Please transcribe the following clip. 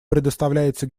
предоставляется